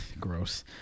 Gross